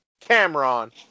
Cameron